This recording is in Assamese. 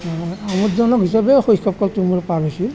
আমোদজনক হিচাপে শৈশৱ কালটো মোৰ পাৰ হৈছিল